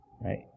right